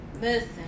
Listen